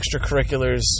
extracurriculars